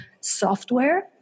software